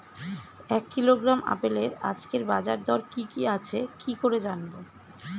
এক কিলোগ্রাম আপেলের আজকের বাজার দর কি কি আছে কি করে জানবো?